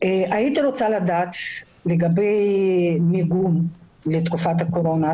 הייתי רוצה לדעת לגבי מיגון בתקופת הקורונה.